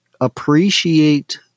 appreciate